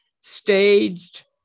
staged